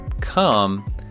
come